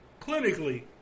clinically